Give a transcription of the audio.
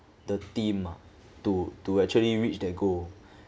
the team ah to to actually reach their goal